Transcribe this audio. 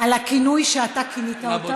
על הכינוי שאתה כינית אותו,